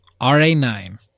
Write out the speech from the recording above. RA9